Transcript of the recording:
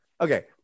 okay